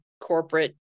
corporate